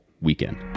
weekend